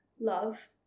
love